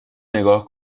نگاه